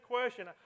question